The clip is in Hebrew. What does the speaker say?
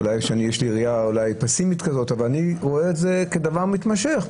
אולי יש לי ראייה פסימית, זה דבר מתמשך.